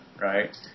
right